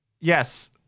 yes